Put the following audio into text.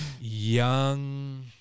young